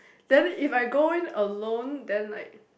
then if I go in alone then like